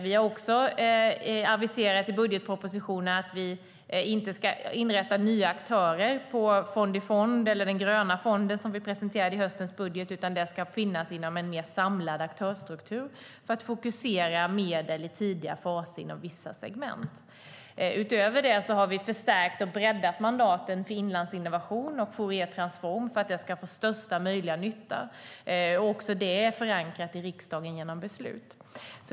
Vi har också aviserat i budgetpropositionen att vi inte ska inrätta nya aktörer för fond-i-fond eller den gröna fonden som vi presenterade i höstens budget, utan det ska finnas inom en mer samlad aktörsstruktur för att fokusera medel i tidiga faser inom vissa segment. Utöver det har vi förstärkt och breddat mandaten för Inlandsinnovation och Fourier Transform för att få största möjliga nytta. Också det är förankrat i riksdagen genom beslut.